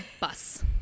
bus